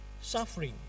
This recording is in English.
suffering